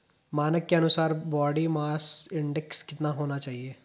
मानक के अनुसार बॉडी मास इंडेक्स कितना होना चाहिए?